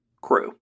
crew